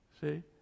See